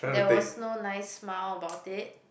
there was no nice smile about it